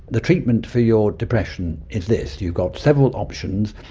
the treatment for your depression is this, you've got several options.